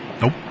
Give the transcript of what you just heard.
Nope